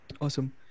awesome